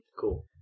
Cool